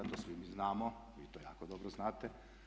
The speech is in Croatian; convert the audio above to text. To svi mi znamo, vi to jako dobro znate.